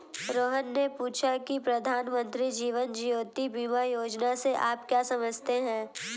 रोहन ने पूछा की प्रधानमंत्री जीवन ज्योति बीमा योजना से आप क्या समझते हैं?